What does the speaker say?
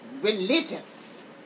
religious